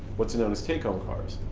what's known as take-home cars.